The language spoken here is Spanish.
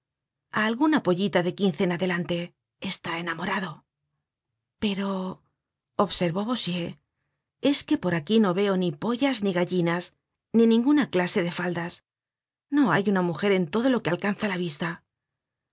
alguna pollita de quince en adelante está enamorado content from google book search generated at pero observó bossuet es que por aquí no veo ni pollas ni gallinas ni ninguna clase de faldas no hay una mujer en todo lo que alcanza la vista